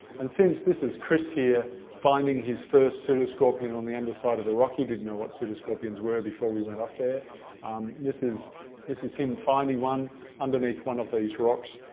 and since this is chris here finding his first pseudoscorpion on the underside of a rock he didn't know what pseudoscorpions were before we went up there um this is this is him finding one underneath one of these rocks,